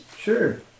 Sure